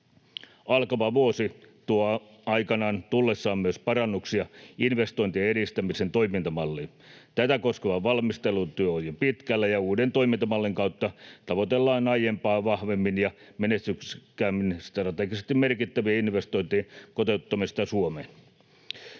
Alkava vuosi tuo aikanaan tullessaan myös parannuksia investointien edistämisen toimintamalliin. Tätä koskeva valmistelutyö on jo pitkällä, ja uuden toimintamallin kautta tavoitellaan aiempaa vahvemmin ja menestyksekkäämmin strategisesti merkittävien investointien kotiuttamista Suomeen.